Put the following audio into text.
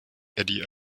eddie